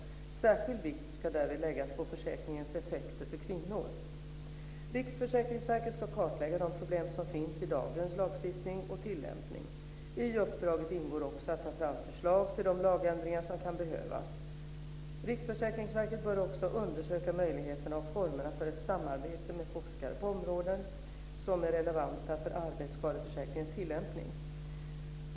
Särskild vikt ska därvid läggas på försäkringens effekter för kvinnor. Riksförsäkringsverket ska kartlägga de problem som finns i dagens lagstiftning och tillämpning. I uppdraget ingår också att ta fram förslag till de lagändringar som kan behövas. Riksförsäkringsverket bör också undersöka möjligheterna och formerna för ett samarbete med forskare på de områden som är relevanta för arbetsskadeförsäkringens tillämpning.